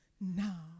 now